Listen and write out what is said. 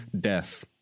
death